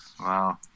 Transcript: Wow